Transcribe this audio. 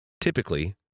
Typically